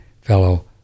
fellow